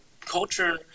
culture